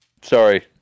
sorry